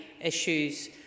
issues